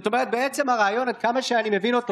אתה יודע מה, אדוני,